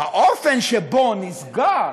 האופן שבו נסגר